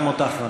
גם אותך אני